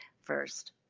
first